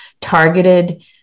targeted